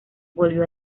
volvió